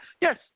Yes